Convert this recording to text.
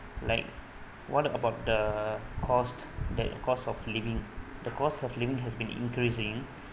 like what about the cost the cost of living the cost of living has been increasing